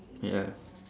ya